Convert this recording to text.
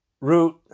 Root